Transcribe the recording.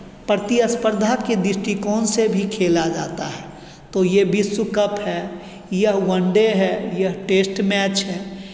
प्रतिस्पर्धा के दृष्टिकोण से भी खेला जाता है तो ये विश्वकप है या वन डे है यह टेस्ट मैच है